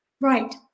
Right